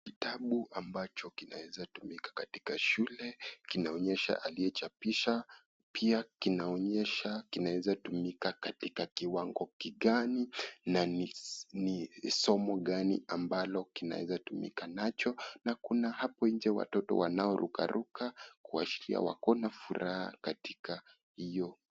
Kitabu ambacho kinaezatumika katika shule kinaonyesha aliyechabishaji pia kinaonyesha kinaweza kutumika katika kiwango kigani na ni somo gani ambalo kinaweza tumika nacho na kuna hapo nje watoto wanaorukaruka kuashiria wako na furaha katika hiyo.